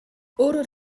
өөрөөр